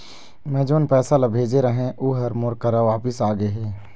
मै जोन पैसा ला भेजे रहें, ऊ हर मोर करा वापिस आ गे हे